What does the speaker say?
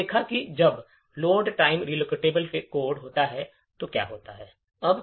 हमने देखा है कि जब लोड टाइम रिलोसेबल कोड होता है तो क्या होता है